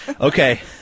Okay